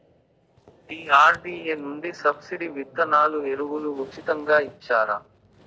DRDA నుండి subsidy విత్తనాలు ఎరువులు ఉచితంగా ఇచ్చారా?